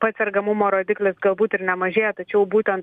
pats sergamumo rodiklis galbūt ir nemažėja tačiau būtent